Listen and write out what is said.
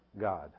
God